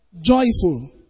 Joyful